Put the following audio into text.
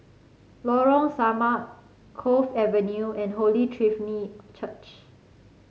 Lorong Samak Cove Avenue and Holy Trinity Church